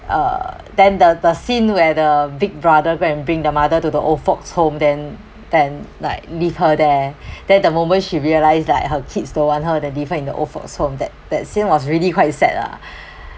uh then the the scene where the big brother go and bring their mother to the old folks home then then like leave her there then the moment she realise like her kids don't want her they different in the old folks home that that scene was really quite sad lah